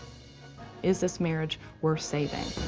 is this marriage worth saving?